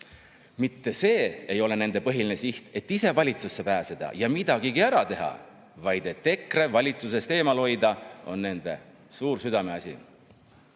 Mitte see ei ole nende põhiline siht, et ise valitsusse pääseda ja midagi ära teha, vaid EKRE valitsusest eemale hoidmine on nende suur südameasi.